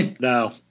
no